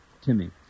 Timmy